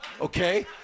okay